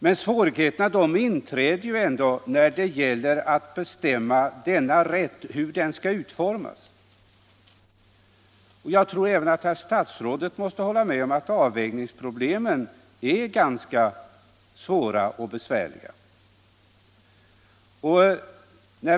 Men svårigheterna inträder ändå när det gäller att bestämma hur denna rätt skall utformas. Jag tror att även herr statsrådet måste hålla med om att avvägningsproblemen är ganska svåra och besvärliga.